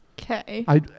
Okay